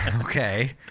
Okay